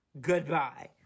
Goodbye